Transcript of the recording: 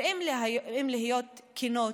ואם להיות כנות,